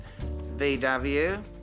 VW